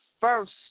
first